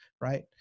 right